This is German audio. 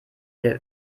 wir